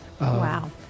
Wow